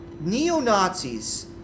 neo-nazis